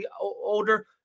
older